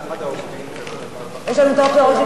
עבודה ורווחה.